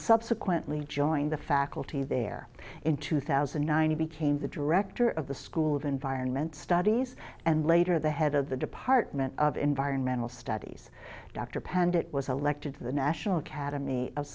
subsequently joined the faculty there in two thousand nine hundred the director of the school's environment studies and later the head of the department of environmental studies dr penned it was elected to the national academy of